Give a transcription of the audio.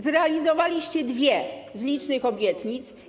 Zrealizowaliście dwie z licznych obietnic.